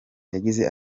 yagize